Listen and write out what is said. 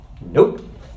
nope